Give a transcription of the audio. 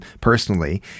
personally